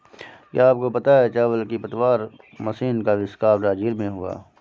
क्या आपको पता है चावल की पतवार मशीन का अविष्कार ब्राज़ील में हुआ